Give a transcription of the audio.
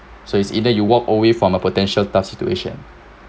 so it's either you walk away from a potential tough situation